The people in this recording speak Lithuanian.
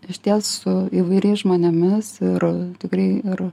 išties su įvairiais žmonėmis ir tikrai ir